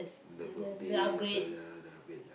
the birthdays celebrate ya